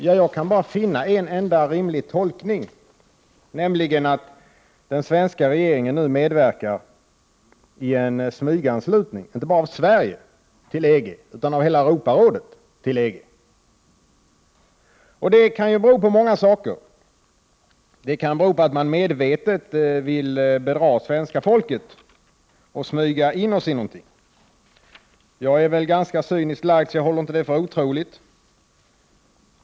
Jag kan bara finna en enda rimlig tolkning, nämligen att den svenska regeringen nu medverkar i en smyganslutning till EG inte bara av Sverige utan av hela Europarådet. Det kan bero på många saker. Man kanske medvetet vill bedra det svenska folket och smyga in oss i någonting. Jag är ganska cyniskt lagd, så jag håller inte det för otroligt.